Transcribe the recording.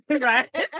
Right